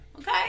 Okay